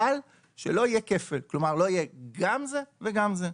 אבל שלא יהיה כפל, כלומר לא יהיה גם זה וגם זה.